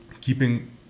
keeping